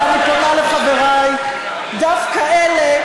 בלי שנדע מה עובר, אבל אנחנו יודעים